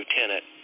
lieutenant